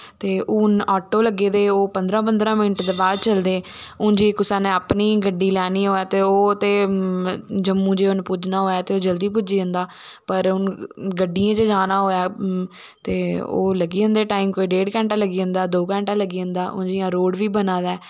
ते हून ऑटो लग्गे दे ओह् पंदरां पंदरां मिन्ट दे बाद चलदे हून जे कुसै ने अपनी गड्डी लेनी होऐ ते जम्मू जे उनै पुज्जना होऐ ते ओह् जल्दी पुज्जी जंदा पर हुन गड्डियें च जाना होऐ ते ओ लग्गी जंदे टाईम कोई डेढ़ घैंटा लग्गी जंदा दो घैंटा लग्गी जंदा ऐ हून जियां रोड़ बी बना दा ऐ